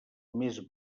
més